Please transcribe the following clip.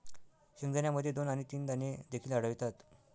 शेंगदाण्यामध्ये दोन आणि तीन दाणे देखील आढळतात